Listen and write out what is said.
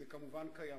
וזה כמובן קיים,